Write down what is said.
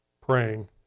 praying